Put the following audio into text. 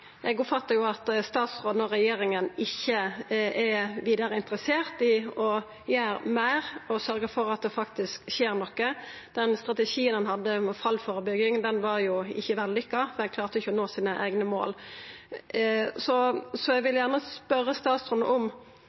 eg oppfattar at statsråden og regjeringa ikkje er vidare interesserte i å gjera meir og sørgja for at det faktisk skjer noko. Strategien ein hadde for fallførebygging, var ikkje vellukka – dei klarte ikkje å nå eigne mål. Eg vil gjerne spørja statsråden,